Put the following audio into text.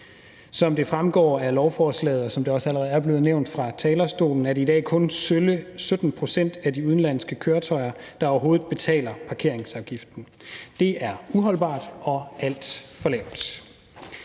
Som det fremgår af lovforslaget, som det også allerede er blevet nævnt fra talerstolen, er det i dag kun sølle 17 pct. af de udenlandske køretøjer, der overhovedet betaler parkeringsafgifterne. Det er uholdbart og alt for lavt.